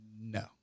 no